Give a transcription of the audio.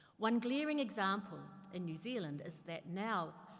one glaring example in new zealand, is that now,